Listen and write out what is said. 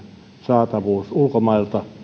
saatavuus ulkomailta